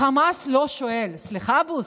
חמאס לא שואל: סליחה, בוסו,